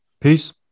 peace